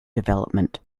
development